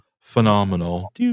Phenomenal